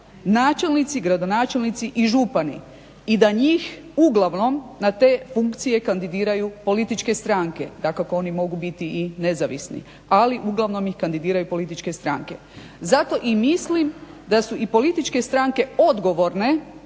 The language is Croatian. načelnici, gradonačelnici i župani i da njih uglavnom na te funkcije kandidiraju političke stranke, dakako, oni mogu biti i nezavisni, ali uglavnom ih kandidiraju političke stranke. Zato i mislim da su i političke stranke odgovorne